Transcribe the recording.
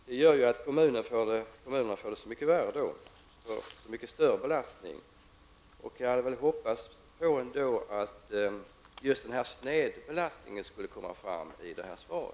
Det gör ju att kommunerna får det så mycket värre och en mycket större belastning. Jag hade hoppats att just den här snedbelastningen skulle komma fram i svaret.